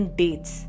dates